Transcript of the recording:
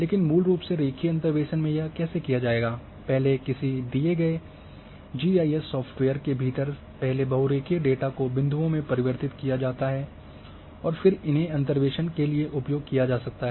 लेकिन मूल रूप से रेखीय अंतर्वेसन में यह कैसे किया जाएगा पहले किसी दिए गए जी आई एस सॉफ्टवेयर के भीतर पहले बहुरेखीय डेटा को बिंदुओं में परिवर्तित किया जाता है और फिर इन्हें अंतर्वेसन के लिए उपयोग किया जाता है